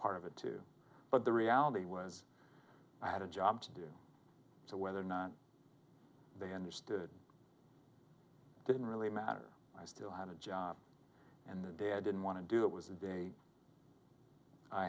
part of it too but the reality was i had a job to do so whether or not they understood didn't really matter i still had a job in the day i didn't want to do it was the day i